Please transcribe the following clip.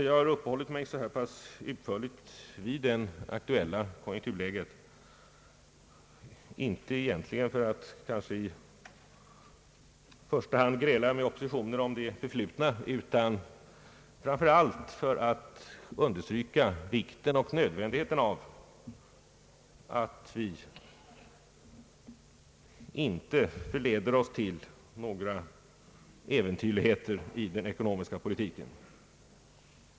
Jag har uppehållit mig så här pass utförligt vid det aktuella konjunkturläget inte för att i första hand gräla med oppositioren om det förflutna utan framför allt för att understryka vikten och nödvändigheten av att vi inte låter oss förleda till några äventyrligheter i den ekonomiska politiken.